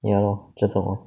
ya lor 这种 orh